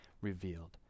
revealed